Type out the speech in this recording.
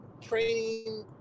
training